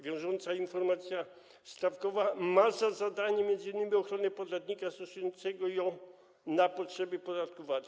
Wiążąca informacja stawkowa ma za zadanie m.in. ochronę podatnika stosującego ją na potrzeby podatku VAT.